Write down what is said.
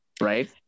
Right